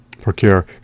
procure